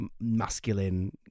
masculine